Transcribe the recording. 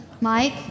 Mike